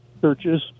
churches